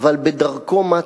אבל בדרכו מטה,